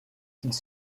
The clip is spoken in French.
qu’ils